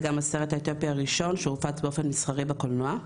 וגם הסרט האתיופי הראשון שהופץ באופן מסחרי בקולנוע.